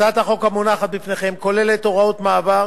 הצעת החוק המונחת בפניכם כוללת הוראת מעבר